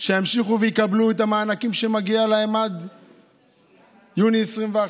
שימשיכו ויקבלו את המענקים שמגיעים להם עד יוני 2021,